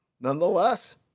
Nonetheless